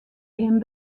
him